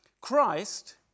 Christ